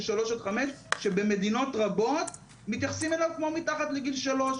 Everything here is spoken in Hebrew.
שלוש עד חמש שבמדינות רבות מתייחסים אליו כמו מתחת לגיל שלוש.